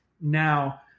now